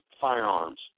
firearms